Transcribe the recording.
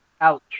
Ouch